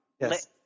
Yes